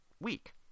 week